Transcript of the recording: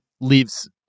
leaves